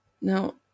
Now